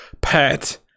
pet